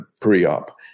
pre-op